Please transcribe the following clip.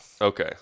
Okay